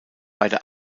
beide